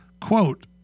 quote